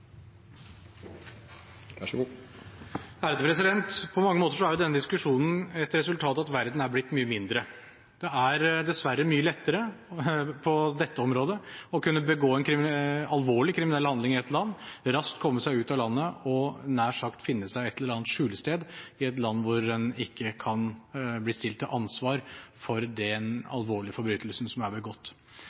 dette området å kunne begå en alvorlig kriminell handling i ett land, raskt komme seg ut av landet og nær sagt finne seg et eller annet skjulested i et land hvor en ikke kan bli stilt til ansvar for den alvorlige forbrytelsen som er begått.